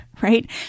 Right